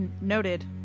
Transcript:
Noted